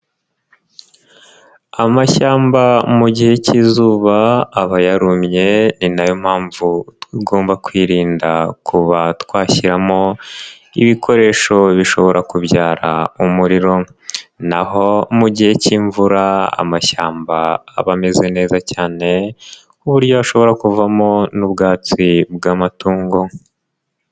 Amashyamba mu gihe cy'izuba aba yarumye ni nayo mpamvu tugomba kwirinda kuba twashyiramo ibikoresho bishobora kubyara umuriro naho mu gihe cy'imvura amashyamba aba ameze neza cyane ku buryo ashobora kuvamo n'ubwatsi bw'amatungo.